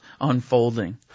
unfolding